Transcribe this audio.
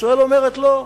ישראל אומרת: לא.